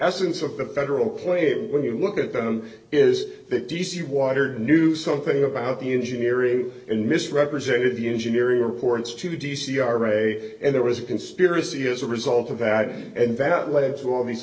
essence of the federal claim when you look at them is that d c watered knew something about the engineering and misrepresented the engineering reports to d c our ray and there was a conspiracy as a result of that and that led to all these